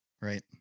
right